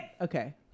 Okay